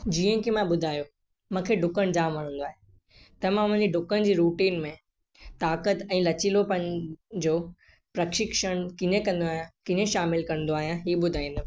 जीअं की मां ॿुधायो मूंखे डुकणु जामु वणंदो आहे त मां वञी डुकण जी रूटीन में ताक़त ऐं लचीलो पन जो प्रशिक्षण किने कंदो आहियां किने शामिलु कंदो आहियां ही ॿुधाईंदुमि